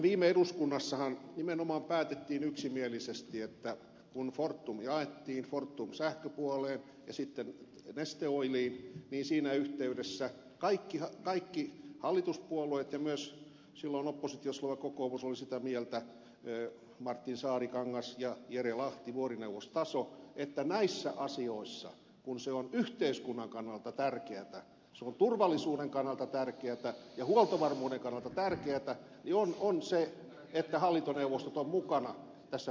viime eduskunnassahan nimenomaan päätettiin yksimielisesti kun fortum jaettiin fortumin sähköpuoleen ja sitten neste oiliin niin siinä yhteydessä kaikki hallituspuolueet ja myös silloin oppositiossa oleva kokoomus olivat sitä mieltä martin saarikangas ja jere lahti vuorineuvostaso että näissä asioissa kun se on yhteiskunnan kannalta tärkeätä se on turvallisuuden kannalta tärkeätä ja huoltovarmuuden kannalta tärkeätä on tärkeätä että hallintoneuvostot ovat mukana tässä päätöksenteossa